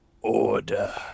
Order